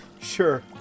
Sure